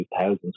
2000s